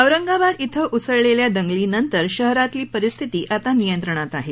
औरंगाबाद इथं उसळलेल्या दंगलीनंतर शहरातली परिस्थिती आता नियंत्रणात आहे